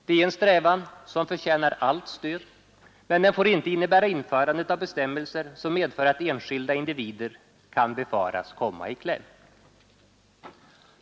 Det är en strävan som förtjänar allt stöd, men den får inte innebära införandet av bestämmelser som medför att enskilda individer kan befaras komma i kläm.